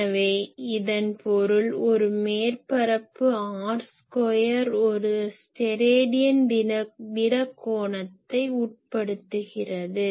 எனவே இதன் பொருள் ஒரு மேற்பரப்பு r2 ஒரு ஸ்டெராடியன் திட கோணத்தை உட்படுத்துகிறது